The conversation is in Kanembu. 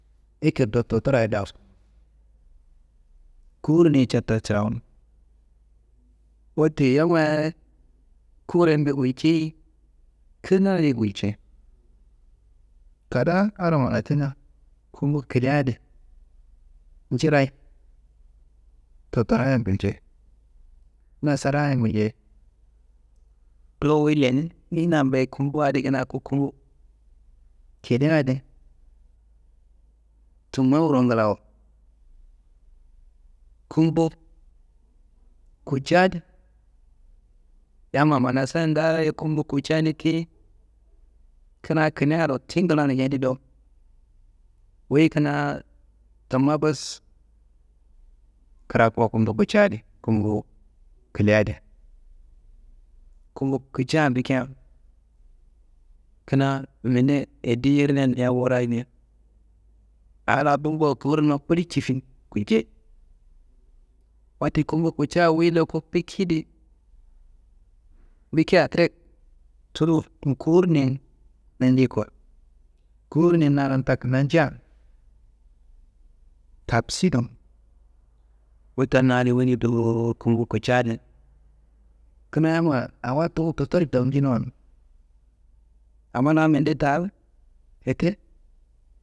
Ekeddo dottorayi dawusku, kowuruniyi ca ta cirawunu, wote yammayi kurrende gulcei, kinaye gulcei, kadaaro manatina. Gumbu kilia adi njirayi, dottoraya ye gulcei, nasara ye gulcei, do wuyi leni nambe, gumbu adi kina gumbu kilia adi, tumma wuro nglawo, gumbu kutca yamma manasa ndaraye gumbu kutca ti, kina kiliaro ti nglani adi do. Wuyi kina tumma bes kirakuwo, gumbu kutca adi, gumbu kilia adi, gumbu kutca bikia kina minde andi yernan yam wurayi ni, a la bumbuwa kowurunumma kuli cifi gulcei. Wote gumbu kutca wuyi loku biki di, bikia direk tudu kowurunia nanci kuwa. Kowurunia na lan tak nancia tabsina, wote na adi wuniyi dowo gumbu kutca adi. Kina yamma awo tumu dottoriyi dawucinuwa, amma na minde ta fette.